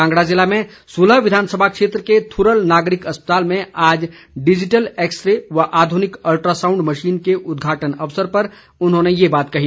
कांगड़ा जिले में सुलह विधानसभा क्षेत्र के थुरल नागरिक अस्पताल में आज डिजिटल एक्स रे व आधुनिक अल्ट्रासांउड मशीन के उदघाटन अवसर पर उन्होंने ये बात कही